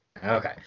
Okay